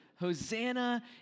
Hosanna